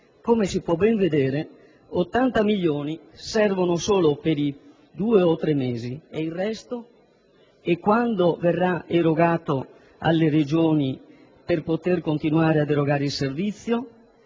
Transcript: Come si può ben vedere, 80 milioni servono solo per due o tre mesi. E il resto? Quando verrà erogato alle Regioni per poter continuare a fornire il servizio?